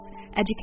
education